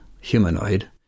humanoid